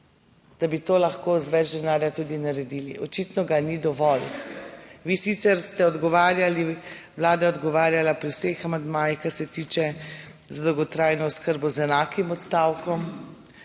da bi to lahko z več denarja tudi naredili. Očitno ga ni dovolj. Vi sicer ste odgovarjali, Vlada je odgovarjala pri vseh amandmajih kar se tiče za dolgotrajno oskrbo z enakim odstavkom,